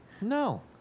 No